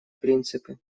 принципы